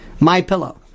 MyPillow